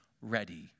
ready